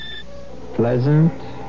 Pleasant